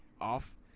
off